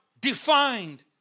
defined